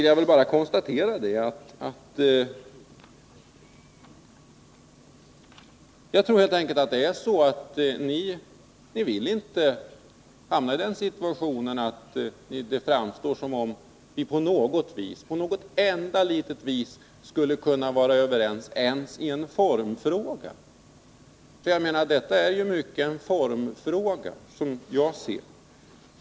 Jag konstaterar att det helt enkelt tycks vara så att ni socialdemokrater inte vill hamna i situationer där det framstår som om ni på något enda litet vis skulle vara överens med oss, om så bara i en formfråga. Som jag ser det är det nämligen till stor del en formfråga som vi diskuterar.